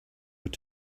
were